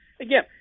Again